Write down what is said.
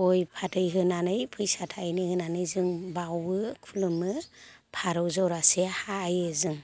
गय फाथै होनानै फैसा थायनै होनानै जों बावो खुलुमो फारौ जरासे हायो जों